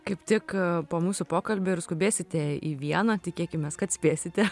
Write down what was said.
kaip tik po mūsų pokalbio ir skubėsite į vieną tikėkimės kad spėsite